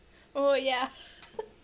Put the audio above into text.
oh ya